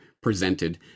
presented